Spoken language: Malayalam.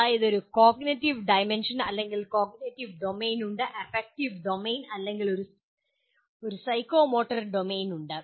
അതായത് ഒരു കോഗ്നിറ്റീവ് ഡൈമൻഷൻ അല്ലെങ്കിൽ കോഗ്നിറ്റീവ് ഡൊമെയ്ൻ ഉണ്ട് അഫക്റ്റീവ് ഡൊമെയ്ൻ അല്ലെങ്കിൽ ഒരു സൈക്കോമോട്ടോർ ഡൊമെയ്ൻ ഉണ്ട്